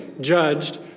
judged